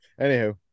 Anywho